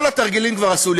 את כל התרגילים כבר עשו לי.